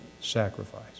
sacrifice